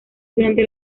durante